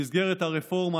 במסגרת הרפורמה,